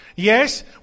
Yes